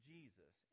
Jesus